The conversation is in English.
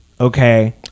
Okay